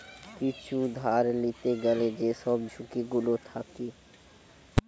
কিছু ধার লিতে গ্যালে যেসব ঝুঁকি গুলো থাকে